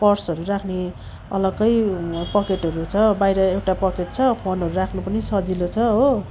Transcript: पर्सहरू राख्ने अलगै पकेटहरू छ बाहिर एउटा पकेट छ फोनहरू राख्नु पनि सजिलो छ हो